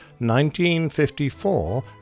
1954